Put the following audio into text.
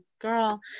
girl